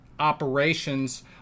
operations